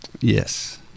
Yes